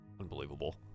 Unbelievable